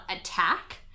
attack